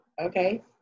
okay